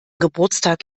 geburtstag